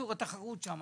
התחרות שם.